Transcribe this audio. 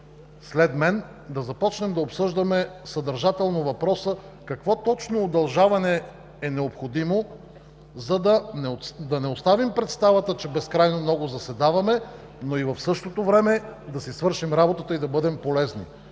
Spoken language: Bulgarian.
след мен да започнем да обсъждаме съдържателно въпроса: какво точно удължаване е необходимо, за да не оставим представата, че безкрайно много заседаваме, но и в същото време да си свършим работата и да бъдем полезни?